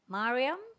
Mariam